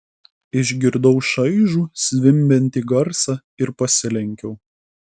išgirdau šaižų zvimbiantį garsą ir pasilenkiau